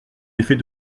effet